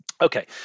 Okay